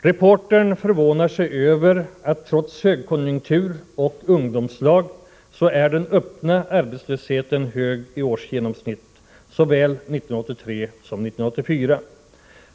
Reportern förvånar sig över att den öppna arbetslösheten, trots högkonjunktur och ungdomslag, är så hög i årsgenomsnitt, såväl 1983 som 1984.